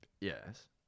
Yes